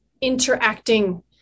interacting